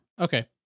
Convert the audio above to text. okay